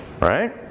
Right